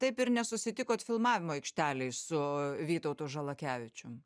taip ir nesusitikot filmavimo aikštelėj su vytautu žalakevičium